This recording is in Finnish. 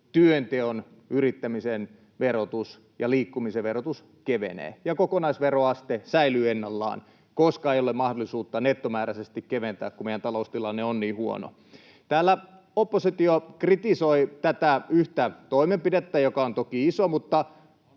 työnteon ja yrittämisen verotus ja liikkumisen verotus kevenevät ja kokonaisveroaste säilyy ennallaan, koska ei ole mahdollisuutta nettomääräisesti keventää, kun meidän taloustilanne on niin huono. Täällä oppositio kritisoi tätä yhtä toimenpidettä, joka on toki iso,